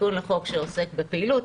תיקון לחוק שעוסק בפעילות,